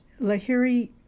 Lahiri